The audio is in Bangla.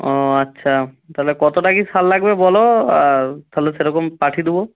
ও আচ্ছা তাহলে কতোটা কি সার লাগবে বলো আর তাহলে সেরকম পাঠিয়ে দিবো